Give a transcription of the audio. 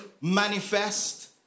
manifest